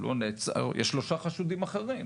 יש שלושה חשודים אחרים.